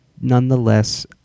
nonetheless